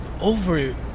over